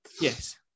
Yes